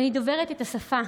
ואני דוברת את השפה,